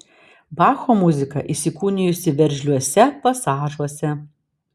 bacho muzika įsikūnijusi veržliuose pasažuose